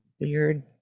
Weird